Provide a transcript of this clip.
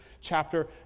chapter